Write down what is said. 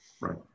Right